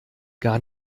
gar